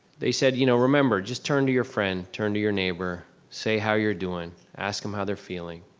they said you know, remember. just turn to your friend, turn to your neighbor. say how you're doing, ask them how they're feeling.